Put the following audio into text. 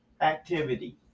activity